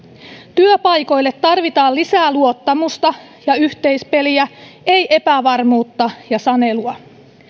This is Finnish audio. työpaikoille tarvitaan lisää luottamusta ja yhteispeliä ei epävarmuutta ja sanelua